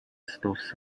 snooze